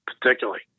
Particularly